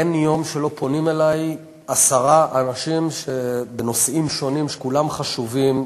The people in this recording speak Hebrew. אין יום שלא פונים אלי עשרה אנשים בנושאים שונים שכולם חשובים.